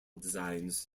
designs